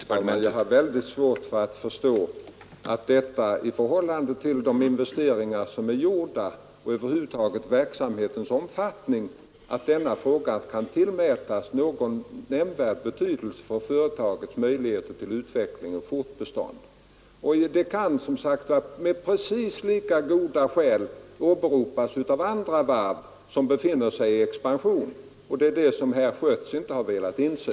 Herr talman! Jag har mycket svårt att förstå, med hänsyn till de investeringar som är gjorda och verksamhetens omfattning över huvud taget, att denna fråga kan tillmätas någon nämnvärd betydelse för företagets möjligheter till utveckling och fortbestånd. Precis lika goda skäl kan, som sagts, åberopas av andra varv som befinner sig i expansion. Det är det som herr Schött inte har velat inse.